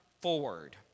forward